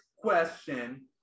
question